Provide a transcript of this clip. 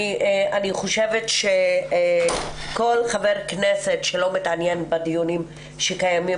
אני חושבת שכל חבר כנסת שלא מתעניין בדיונים שקיימים